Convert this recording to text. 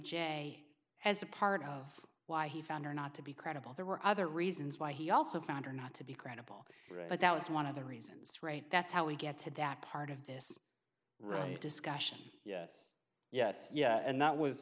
j as a part of why he found her not to be credible there were other reasons why he also found her not to be credible but that was one of the reasons right that's how we get to that part of this discussion yes yes yes and that was